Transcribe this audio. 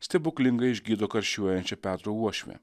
stebuklingai išgydo karščiuojančią petro uošvę